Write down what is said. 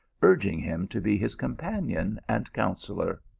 urging him to be his companion and counsellor.